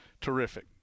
terrific